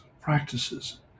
practices